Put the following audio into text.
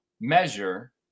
measure